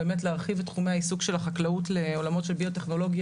באמת להרחיב את תחומי העיסוק של החקלאות לעולמות של ביו-טכנולוגיה,